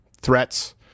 threats